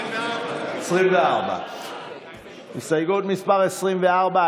24. 24. הסתייגות מס' 24,